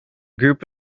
group